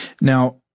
Now